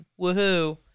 Woohoo